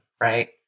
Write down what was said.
right